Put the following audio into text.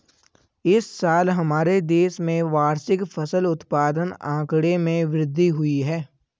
इस साल हमारे देश में वार्षिक फसल उत्पादन आंकड़े में वृद्धि हुई है